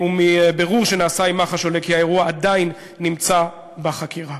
מבירור שנעשה עם מח"ש עולה כי האירוע עדיין נמצא בחקירה.